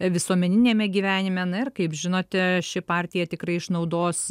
visuomeniniame gyvenime na ir kaip žinote ši partija tikrai išnaudos